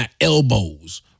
elbows